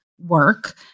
work